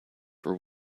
were